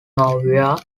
nouveau